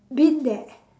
been there